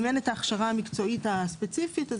שאם אין ההכשרה המקצועית הספציפית אז